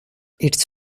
its